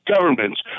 governments